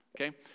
Okay